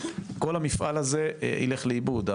כל המפעל הזה ילך לאיבוד.